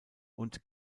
und